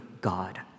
God